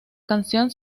canción